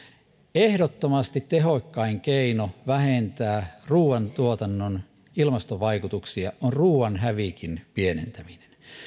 ehdottomasti tehokkain keino vähentää ruoantuotannon ilmastovaikutuksia on ruoan hävikin pienentäminen